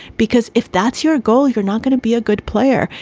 because if that's your goal, you're not going to be a good player.